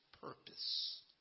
purpose